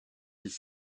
his